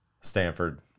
Stanford